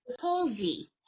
Halsey